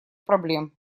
проблем